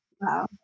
Wow